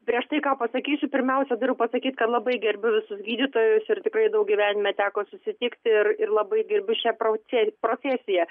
prieš tai ką pasakysiu pirmiausia turiu pasakyt labai gerbiu visus gydytojus ir tikrai daug gyvenime teko susitikti ir ir labai gerbiu šią profe profesiją